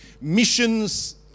Missions